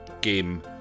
game